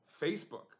Facebook